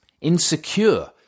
insecure